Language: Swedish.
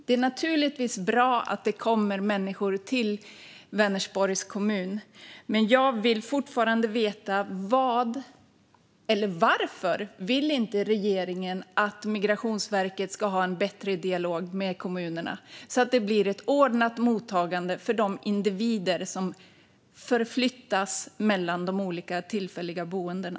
Det är naturligtvis bra att det kommer människor till Vänersborgs kommun, men jag vill fortfarande veta varför regeringen inte vill att Migrationsverket ska ha en bättre dialog med kommunerna så att det blir ett ordnat mottagande för de individer som förflyttas mellan de olika tillfälliga boendena.